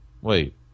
Wait